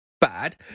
bad